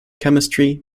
chemistry